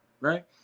right